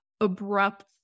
abrupt